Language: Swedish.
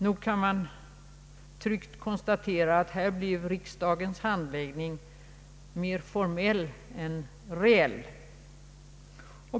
Nog kan man tryggt konstatera att här blev riksdagens handläggning mer formell än reell.